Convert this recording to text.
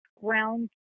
ground